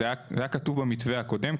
זה היה כתוב במתווה הקודם.